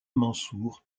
mansour